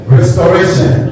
Restoration